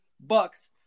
Bucks